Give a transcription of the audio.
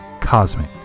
cosmic